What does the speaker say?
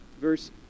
Verse